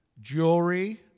jewelry